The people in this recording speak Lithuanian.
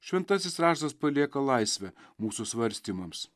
šventasis raštas palieka laisvę mūsų svarstymams